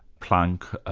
planck,